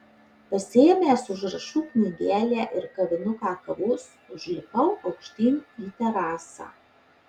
pasiėmęs užrašų knygelę ir kavinuką kavos užlipau aukštyn į terasą